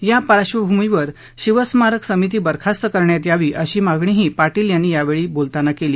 या पार्श्वभूमीवर शिवस्मारक समिती बरखास्त करण्यात यावी अशी मागणीही पाटील यांनी यावेळी बोलताना केली